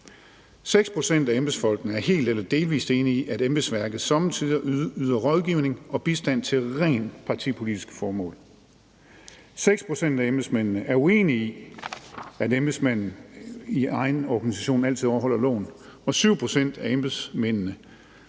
af embedsfolkene er helt eller delvis enige i, at embedsværket somme tider yder rådgivning og bistand til rent partipolitiske formål. 6 pct. af embedsmændene er uenig i, at embedsmændene i egen organisation altid overholder loven, og 7 pct. af embedsmændene